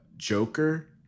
Joker